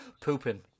Pooping